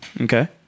Okay